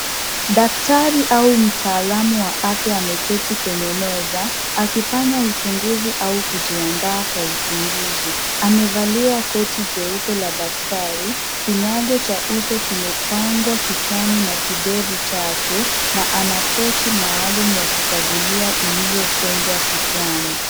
Daktari au mtaalamu wa afya ameketi kwenye meza akifanya uchunguzi au kujiandaa kwa uchunguzi. Amevalia koti jeupe la daktari, kinyago cha uso kimepangwa kichwani na kidevu chake na ana tochi maalum ya kukagulia ilivyofungwa kichwani.